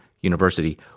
University